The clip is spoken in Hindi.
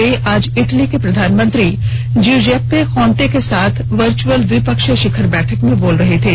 वे आज इटली के प्रधानमंत्री ज्युजेप्पे कोंते के साथ वर्च्रअल द्विपक्षीय शिखर बैठक में बोल रहे थे